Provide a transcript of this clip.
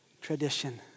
Tradition